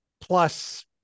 plus